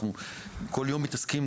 אנחנו כל יום מתעסקים,